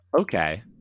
Okay